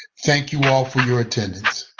thank you all for your attendance.